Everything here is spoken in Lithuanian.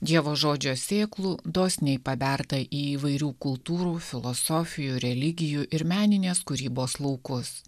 dievo žodžio sėklų dosniai paberta į įvairių kultūrų filosofijų religijų ir meninės kūrybos laukus